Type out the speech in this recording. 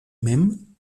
mem